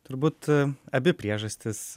turbūt abi priežastys